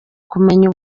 kumenya